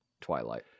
Twilight